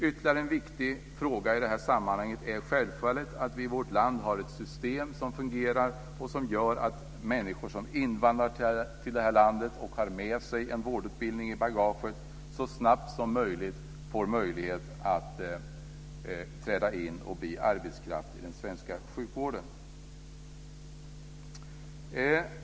Ytterligare en viktig fråga i detta sammanhang är självfallet att vi i vårt land har ett system som fungerar och som gör att människor som har invandrat till detta land och som har med sig en vårdutbildning i bagaget så snabbt som möjligt får möjlighet att träda in och bli arbetskraft i den svenska sjukvården.